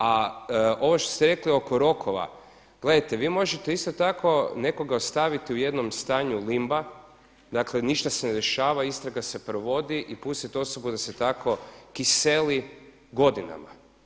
A ovo što ste rekli oko rokova, gledajte vi možete isto tako nekoga ostaviti u nekom stanju limba, dakle ništa se ne dešava, istraga se provodi i pustiti osobu da se tako kiseli godinama.